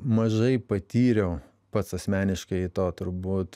mažai patyriau pats asmeniškai to turbūt